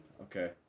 Okay